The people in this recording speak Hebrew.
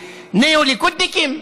ניאו-ליכודניקים?